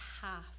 half